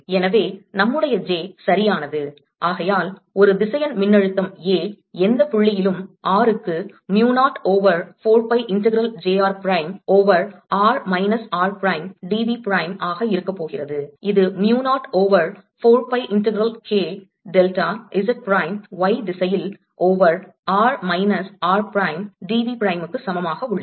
எனவே நம்முடைய j சரியானது ஆகையால் ஒரு திசையன் மின்னழுத்தம் A எந்த புள்ளியிலும் r க்கு mu 0 over 4 pi integral j r prime over r minus r prime d v prime ஆக இருக்கப்போகிறது இது mu 0 over 4 pi integral K delta Z prime y திசையில் over r minus r prime d v பிரைமுக்கு சமமாக உள்ளது